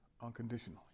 unconditionally